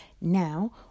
Now